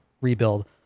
rebuild